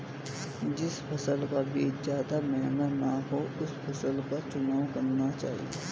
जिस फसल का बीज ज्यादा महंगा ना हो उसी फसल का चुनाव करना चाहिए